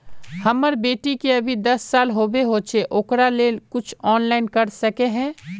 हमर बेटी के अभी दस साल होबे होचे ओकरा ले कुछ ऑनलाइन कर सके है?